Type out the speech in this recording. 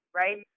right